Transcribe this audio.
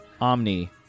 Omni